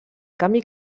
canvi